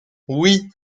oui